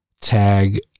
tag